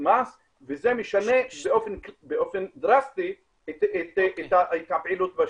מס וזה משנה באופן דרסטי את הפעילות בשטח.